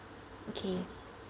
okay